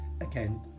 again